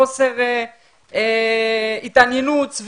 מחוסר התעניינות,